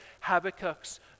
Habakkuk's